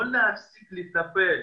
לא להפסיק לטפל